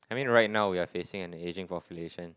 I mean right now we are facing an ageing population